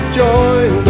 join